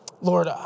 Lord